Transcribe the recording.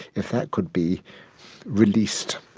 if that could be released,